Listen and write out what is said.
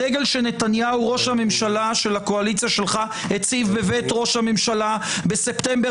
הדגל שנתניהו ראש הממשלה של הקואליציה שלך הציב בבית ראש הממשלה בספטמבר